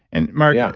and mark, yeah